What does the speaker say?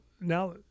now